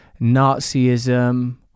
Nazism